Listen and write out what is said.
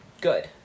good